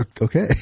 Okay